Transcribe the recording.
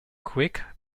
quick